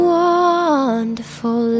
wonderful